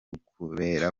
ukubera